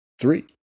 Three